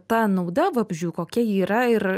ta nauda vabzdžių kokia ji yra ir